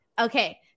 Okay